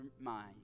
mind